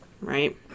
right